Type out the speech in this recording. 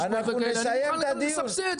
אני מוכן לסבסד,